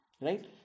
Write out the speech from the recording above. Right